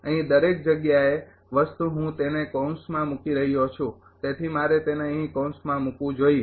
અહીં દરેક જગ્યાએ વસ્તુ હું તેને કૌંસમાં મુકી રહ્યો છું તેથી મારે તેને અહીં કૌંસમાં મુકવું જોઈએ